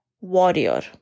warrior